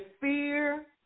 fear